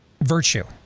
virtue